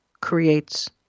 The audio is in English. creates